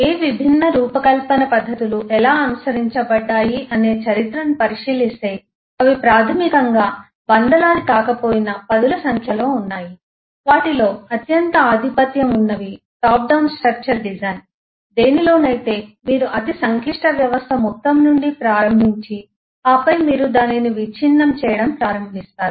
ఏ విభిన్న రూపకల్పన పద్ధతులు ఎలా అనుసరించబడ్డాయి అనే చరిత్రను పరిశీలిస్తే అవి ప్రాథమికంగా వందలాది కాకపోయినా పదుల సంఖ్యలో ఉన్నాయి వాటిలో అత్యంత ఆధిపత్యం ఉన్నవి టాప్ డౌన్ స్ట్రక్చర్ డిజైన్ దేనిలోనైతే మీరు అతి సంక్లిష్ట వ్యవస్థ మొత్తం నుండి ప్రారంభించి ఆపై మీరు దానిని విచ్ఛిన్నం చేయడం ప్రారంభిస్తారు